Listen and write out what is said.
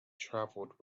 travelled